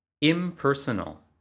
Impersonal